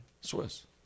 Swiss